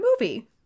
movie